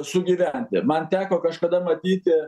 sugyventi man teko kažkada matyti